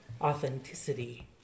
authenticity